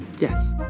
Yes